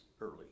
early